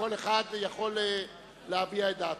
יום שחור, כל אחד יכול להביע את דעתו.